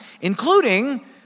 including